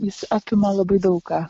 jis apima labai daug ką